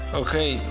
okay